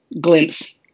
glimpse